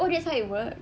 oh that's how it works